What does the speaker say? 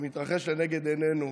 שמתרחש לנגד עינינו,